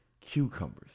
Cucumbers